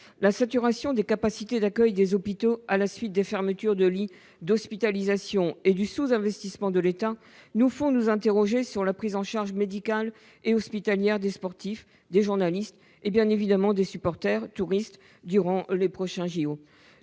la saturation des capacités d'accueil des hôpitaux à la suite des fermetures de lits d'hospitalisation et du sous-investissement de l'État suscite notre interrogation quant à la prise en charge médicale et hospitalière des sportifs, des journalistes et, bien évidemment, des supporters et touristes durant les prochains